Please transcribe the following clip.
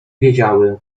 wiedziały